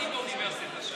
לימדתי באוניברסיטה שם.